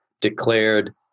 declared